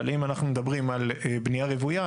אבל אם אנחנו מדברים על בנייה רוויה,